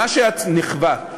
נִכווה.